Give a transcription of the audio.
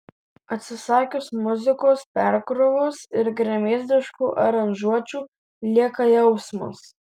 atsisakius muzikos perkrovos ir gremėzdiškų aranžuočių lieka jausmas